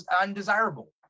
undesirable